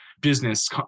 business